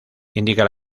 indica